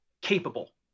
capable